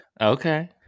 Okay